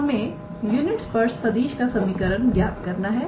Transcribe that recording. हमें यूनिट स्पर्श सदिश का समीकरण ज्ञात करना है